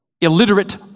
illiterate